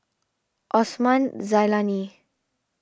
Osman Zailani